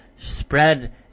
spread